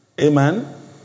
Amen